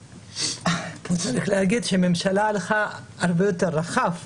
צריך להגיד שהממשלה הלכה הרבה יותר רחב,